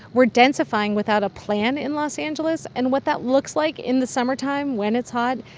we're densifying without a plan in los angeles. and what that looks like in the summertime, when it's hot,